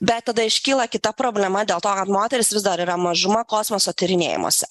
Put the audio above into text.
bet tada iškyla kita problema dėl to kad moterys vis dar yra mažuma kosmoso tyrinėjimuose